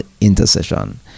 intercession